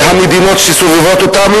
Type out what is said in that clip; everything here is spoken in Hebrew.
היה לעשות עם המדינות שסובבות אותנו,